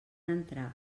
entrar